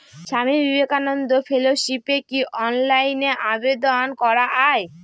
স্বামী বিবেকানন্দ ফেলোশিপে কি অনলাইনে আবেদন করা য়ায়?